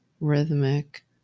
rhythmic